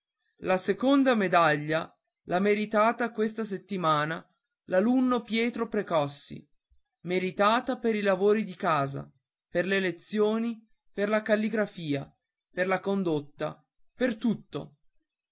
la seconda medaglia l'ha meritata questa settimana l'alunno pietro precossi meritata per i lavori di casa per le lezioni per la calligrafia per la condotta per tutto